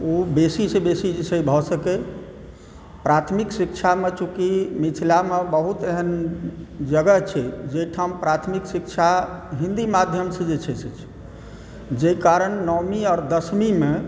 ओ बेसीसॅं बेसी जे छै भऽ सकै प्राथमिक शिक्षामे चुॅंकि मिथिलामे बहुत एहन जगह छै जाहिठाम प्राथमिक शिक्षा हिंदी माध्यमसॅं जे छै से छै जाहि कारण नौवीं आओर दसमीमे